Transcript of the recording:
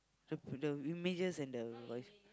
the the images and the voice